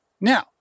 Now